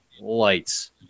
lights